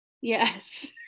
Yes